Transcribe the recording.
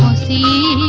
see